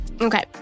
Okay